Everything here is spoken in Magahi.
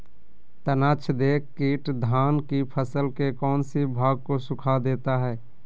तनाछदेक किट धान की फसल के कौन सी भाग को सुखा देता है?